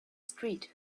street